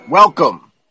Welcome